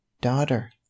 daughter